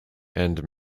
and